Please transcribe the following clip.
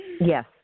Yes